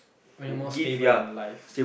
when you're more stable in life